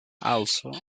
also